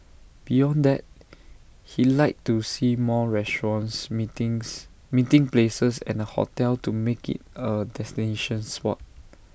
beyond that he like to see more restaurants meetings meeting places and A hotel to make IT A destination spot